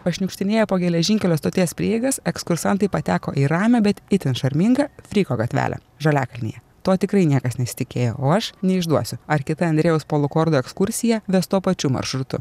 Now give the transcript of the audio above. pašniukštinėję po geležinkelio stoties prieigas ekskursantai pateko į ramią bet itin šarmingą frycho gatvelę žaliakalnyje to tikrai niekas nesitikėjo o aš neišduosiu ar kitą andrėjaus polukordo ekskursiją ves tuo pačiu maršrutu